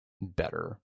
better